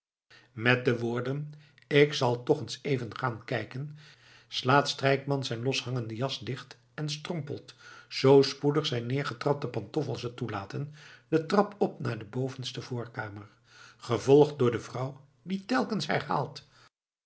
met de woorden ik zal toch eens even gaan kijken slaat strijkman zijn loshangende jas dicht en strompelt zoo spoedig zijn neergetrapte pantoffels het toelaten de trap op naar de onderste voorkamer gevolgd door de vrouw die telkens